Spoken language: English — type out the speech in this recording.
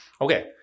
okay